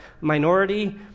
minority